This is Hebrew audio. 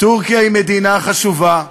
טורקיה היא מדינה חשובה,